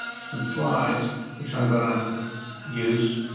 some slides which i'm gonna use.